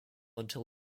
until